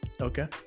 Okay